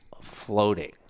floating